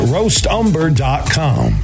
RoastUmber.com